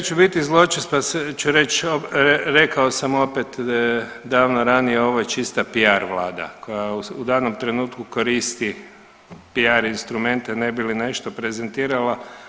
Neću biti zločest, pa ću reći rekao sam opet davno ranije ovo je čista PR vlada koja u danom trenutku koristi PR instrumente ne bi li nešto prezentirala.